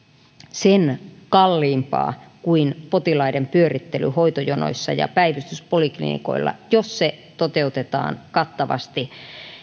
sen kalliimpaa kuin potilaiden pyörittely hoitojonoissa ja päivystyspoliklinikoilla jos se toteutetaan kattavasti